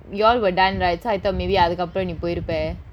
done right so I thought maybe அதுக்கப்புறம் நீ போயிருப்ப:athukkappuram nee poyiruppa